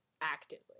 actively